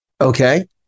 Okay